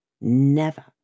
Never